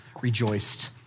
rejoiced